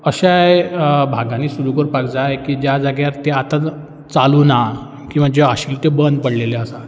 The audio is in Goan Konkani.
अशाय भागांनी सुरू करपाक जाय की ज्या जाग्यार ते आतां ज् चालू ना किंवां ज्यो आशिल् त्यो बंद पडलेल्यो आसात